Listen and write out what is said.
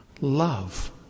love